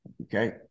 Okay